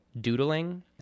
doodling